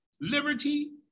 liberty